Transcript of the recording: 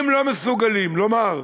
אם לא מסוגלים לומר: